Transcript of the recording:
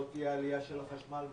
לא תהיה עלייה של החשמל ב-30%,